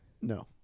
No